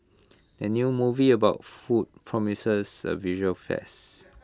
the new movie about food promises A visual feasts